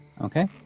Okay